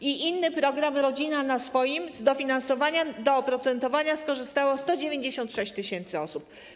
Jeżeli chodzi o inny program, ˝Rodzina na swoim˝, z dofinansowania do oprocentowania skorzystało 196 tys. osób.